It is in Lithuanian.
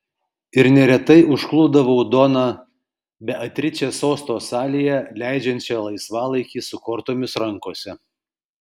ir neretai užklupdavau doną beatričę sosto salėje leidžiančią laisvalaikį su kortomis rankose